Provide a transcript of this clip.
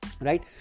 Right